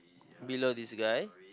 below this guy